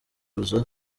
buza